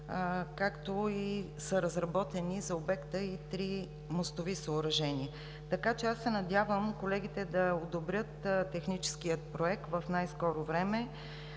както и са разработени за обекта и три мостови съоръжения, така че аз се надявам колегите да одобрят техническия проект в най-скоро време,